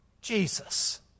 Jesus